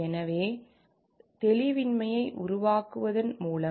எனவே தெளிவின்மையை உருவாக்குவதன் மூலம்